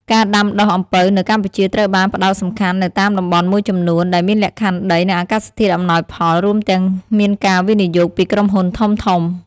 ការដាំដុះអំពៅនៅកម្ពុជាត្រូវបានផ្តោតសំខាន់នៅតាមតំបន់មួយចំនួន ដែលមានលក្ខខណ្ឌដី និងអាកាសធាតុអំណោយផល រួមទាំងមានការវិនិយោគពីក្រុមហ៊ុនធំៗ។